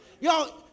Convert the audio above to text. Y'all